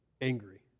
angry